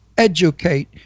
Educate